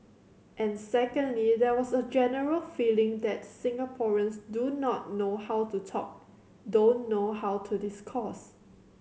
and secondly there was a general feeling that Singaporeans do not know how to talk don't know how to discourse